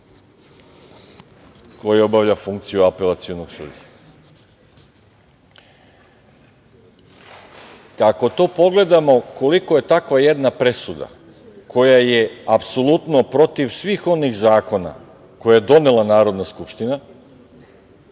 koji obavlja funkciju apelacionog sudije. Ako pogledamo koliko je takva jedna presuda, koja je apsolutno protiv svih onih zakona koje je donela Narodna skupština,